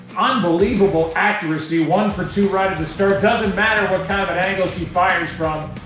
unbelievable accuracy. one for two right at the start. doesn't matter what kind of an angle she fires from,